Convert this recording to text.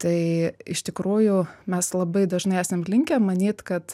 tai iš tikrųjų mes labai dažnai esam linkę manyt kad